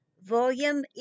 Volume